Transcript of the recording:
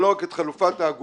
אבל לא רק את חלופת האגודה